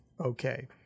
okay